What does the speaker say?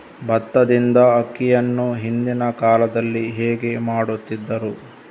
ಭತ್ತದಿಂದ ಅಕ್ಕಿಯನ್ನು ಹಿಂದಿನ ಕಾಲದಲ್ಲಿ ಹೇಗೆ ಮಾಡುತಿದ್ದರು?